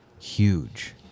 huge